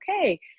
okay